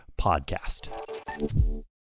podcast